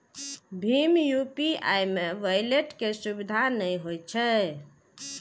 भीम UPI मे wallet के सुविधा नै होइ छै